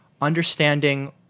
understanding